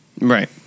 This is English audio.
Right